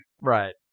Right